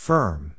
Firm